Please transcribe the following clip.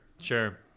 sure